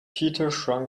shrunk